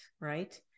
right